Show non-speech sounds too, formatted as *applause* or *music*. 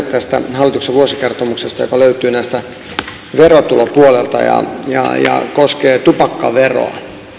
*unintelligible* tästä hallituksen vuosikertomuksesta yhden yksittäisen näkökulman joka löytyy verotulopuolelta ja koskee tupakkaveroa